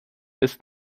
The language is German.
ist